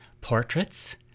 portraits